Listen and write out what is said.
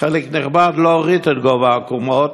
בחלק נכבד להוריד את גובה הקומות